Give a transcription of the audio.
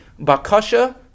bakasha